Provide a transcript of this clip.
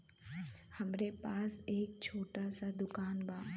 हमरे पास एक छोट स दुकान बा